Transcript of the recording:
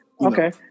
Okay